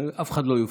אף אחד לא יופתע.